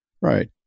Right